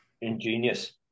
ingenious